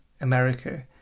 America